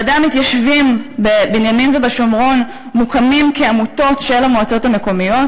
ועדי המתיישבים בבנימין ובשומרון מוקמים כעמותות של המועצות המקומיות.